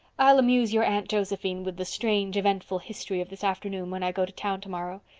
i'll amuse your aunt josephine with the strange eventful history of this afternoon when i go to town tomorrow.